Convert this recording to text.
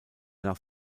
nach